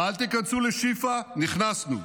אל תיכנסו לשיפא, נכנסנו,